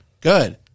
Good